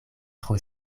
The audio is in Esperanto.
tro